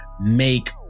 make